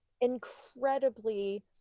incredibly